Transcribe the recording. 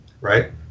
right